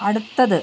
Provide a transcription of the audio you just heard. അടുത്തത്